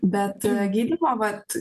bet gydymo vat